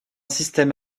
système